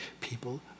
people